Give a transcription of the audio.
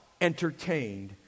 entertained